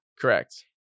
Correct